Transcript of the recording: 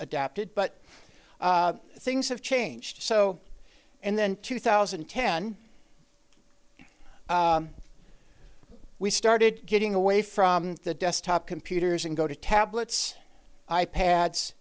adapted but things have changed so and then two thousand and ten we started getting away from the desktop computers and go to tablets i pads